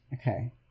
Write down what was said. okay